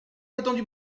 j’attends